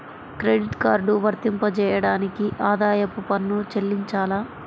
Credit card వర్తింపజేయడానికి ఆదాయపు పన్ను చెల్లించాలా?